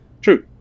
True